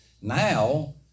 Now